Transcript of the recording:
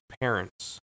parents